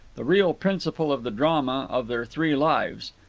the real principal of the drama of their three lives.